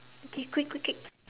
okay quick quick quick